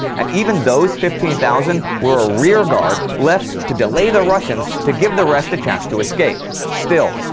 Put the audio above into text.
and even those fifteen thousand were a rear guard left to delay the russians to give the rest a chance to escape. still,